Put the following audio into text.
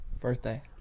Birthday